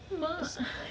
mak I